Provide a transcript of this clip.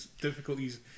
difficulties